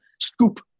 scoop